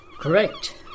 Correct